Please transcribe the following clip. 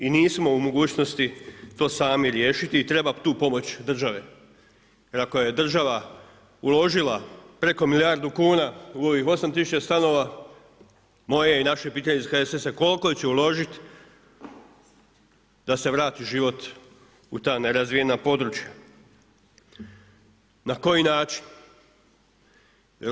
I nismo u mogućnosti to samo riješiti i treba tu pomoć države jer ako je država uložila preko milijardu kuna u ovih 8 tisuća stanova moje je i naše pitanje iz HSS-a koliko će uložiti da se vrati život u ta nerazvijena područja, na koji način.